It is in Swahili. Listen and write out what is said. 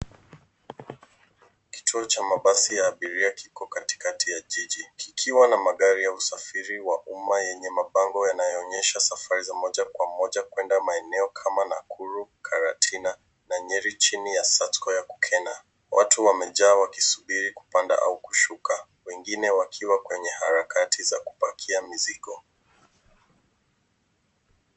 Kituo cha mabasi ya abiria kiko katikati ya jiji, kikiwa na magari ya usafiri wa umma yenye mabango yanayoonyesha safari ya moja kwa moja kwenda maeneo kama Nakuru, Karatina na Nyeri chini ya Sacco ya Kukena, watu wamejaa wakisubiri kupanda au kushuka. Wengine wakiwa kwenye harakati za kupakia mizigo.